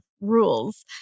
rules